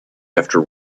after